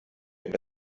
wenn